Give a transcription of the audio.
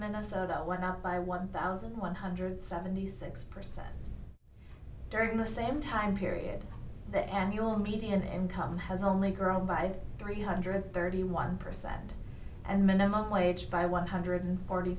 minnesota where not by one thousand one hundred seventy six percent during the same time period that annual median income has only grown by three hundred thirty one percent and minimum wage by one hundred forty